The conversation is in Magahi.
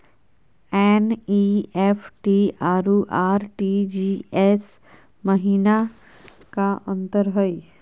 एन.ई.एफ.टी अरु आर.टी.जी.एस महिना का अंतर हई?